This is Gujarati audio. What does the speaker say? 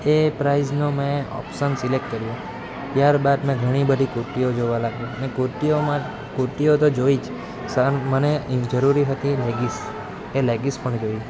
એ પ્રાઇઝનો મેં ઓપ્શન સિલેક્ટ કર્યો ત્યાર બાદ મેં ઘણી બધી કુર્તીઓ જોવા લાગી અને કુર્તીઓમાં કુર્તીઓ તો જોઈ જ સામે મને જરૂરી હતી લેગીસ તે લેગીસ પણ જોઈ